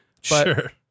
Sure